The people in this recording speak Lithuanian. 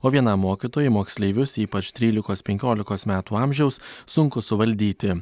o vienam mokytojui moksleivius ypač trylikos penkiolikos metų amžiaus sunku suvaldyti